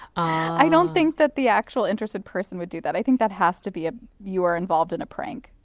i don't think that the actual interested person would do that. i think that has to be that ah you are involved in a prank.